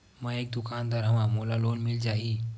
मै एक दुकानदार हवय मोला लोन मिल जाही?